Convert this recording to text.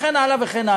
וכן הלאה.